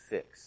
Fix